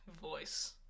voice